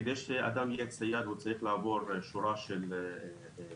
כדי שאדם יהיה צייד הוא צריך לעבור שורה של תנאים,